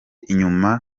inyuma